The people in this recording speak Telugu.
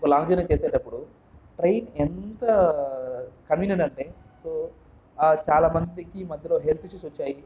ఒక లాంగ్ జర్నీ చేసేటప్పుడు ట్రైన్ ఎంత కన్వీనియంట్ అంటే సో చాలామందికి మధ్యలో హెల్త్ ఇష్యూస్ వచ్చాయి